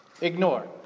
ignore